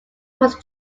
was